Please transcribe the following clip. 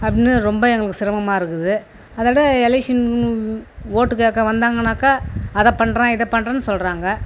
அப்படின்னு ரொம்ப எங்களுக்கு சிரமமாக இருக்குது அதோட எலெக்ஷன் ஓட்டு கேட்க வந்தாங்கனாக்கா அதை பண்ணுறோம் இதை பண்ணுறோன்னு சொல்லுறாங்க